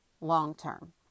long-term